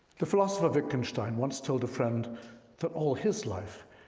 the philosopher wittgenstein once told a friend that all his life,